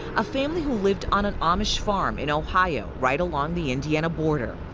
a family who lived on an amish farm in ohio right along the indiana border.